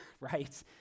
right